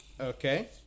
Okay